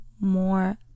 more